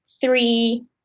three